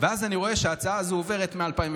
ואז אני רואה שההצעה הזו עוברת מ-2002,